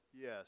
yes